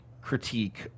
critique